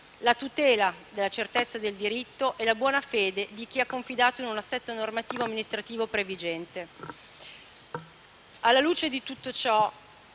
la tutela della certezza del diritto e la tutela della buona fede di chi ha confidato in un assetto normativo e amministrativo previgente. Alla luce di tutto ciò,